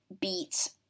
beat